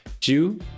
Two